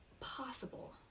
possible